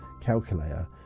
calculator